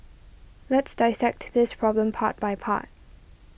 let's dissect this problem part by part